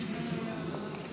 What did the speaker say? כי אני זוכר, בוועדה הוא ביקש.